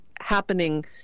happening